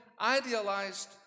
idealized